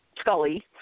scully